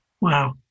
Wow